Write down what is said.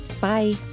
Bye